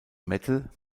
metal